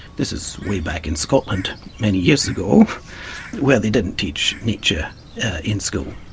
this is way back in scotland many years ago where they didn't teach nietzsche in school.